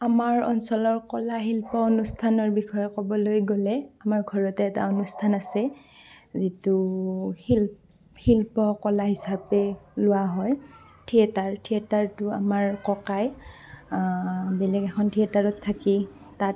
আমাৰ অঞ্চলৰ কলা শিল্প অনুষ্ঠানৰ বিষয়ে ক'বলৈ গ'লে আমাৰ ঘৰতে এটা অনুষ্ঠান আছে যিটো শিল শিল্প কলা হিচাপে লোৱা হয় থিয়েটাৰ থিয়েটাৰটো আমাৰ ককাই বেলেগ এখন থিয়েটাৰত থাকি তাত